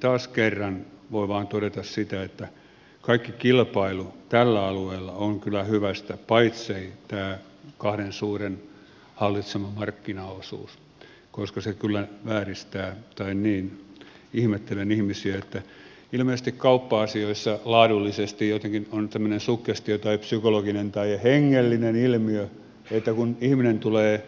taas kerran voi vain todeta sitä että kaikki kilpailu tällä alueella on kyllä hyvästä paitsi ei tämä kahden suuren hallitsema markkinaosuus koska se kyllä vääristää tai niin ihmettelen ihmisiä että ilmeisesti kauppa asioissa laadullisesti jotenkin on tämmöinen suggestio tai psykologinen tai hengellinen ilmiö että kun ihminen tulee